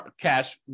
cash